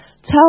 Tell